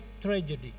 tragedy